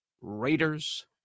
Raiders